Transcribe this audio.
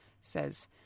Says